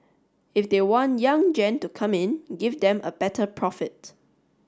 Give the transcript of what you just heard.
if they want young gen to come in give them a better profit